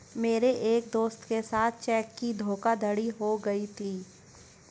मेरे एक दोस्त के साथ चेक की धोखाधड़ी हो गयी थी